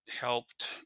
helped